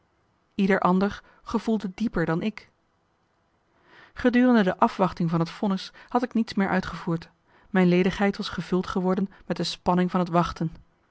ieder ander gevoelde dieper dan ik gedurende de afwachting van het vonnis had ik niets meer uitgevoerd mijn ledigheid was gevuld geworden met de spanning van het wachten